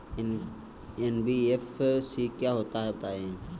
NBFC क्या होता है बताएँ?